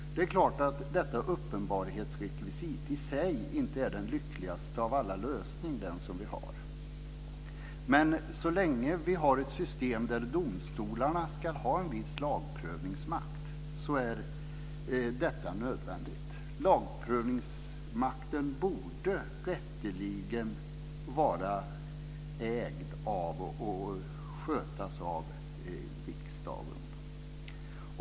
Det är klart att detta uppenbarhetsrekvisit i sig inte är den lyckligaste av alla lösningar. Men så länge vi har ett system där domstolarna ska ha en viss lagprövningsmakt är detta nödvändigt. Lagprövningsmakten borde rätteligen vara ägd av och skötas av riksdagen.